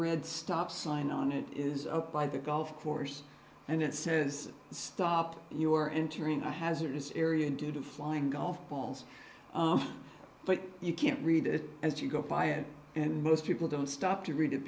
red stop sign on it is up by the golf course and it says stop you're entering a hazardous area due to flying golf balls but you can't read it as you go by it and most people don't stop to read it